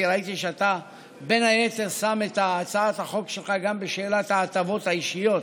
כי ראיתי שאתה בין היתר שם את הצעת החוק שלך גם בשאלת ההטבות האישיות